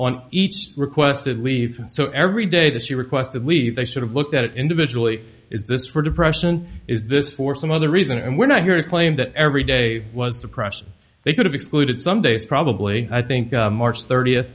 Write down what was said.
on each requested leave so every day that she requested leave they sort of looked at it individually is this for depression is this for some other reason and we're not here to claim that every day was depression they could have exploded some days probably i think march thirtieth